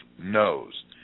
knows